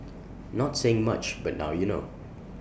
not saying much but now you know